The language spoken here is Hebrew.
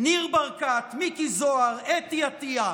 ניר ברקת, מיקי זוהר, אתי עטייה,